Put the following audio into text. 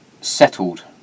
settled